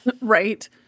right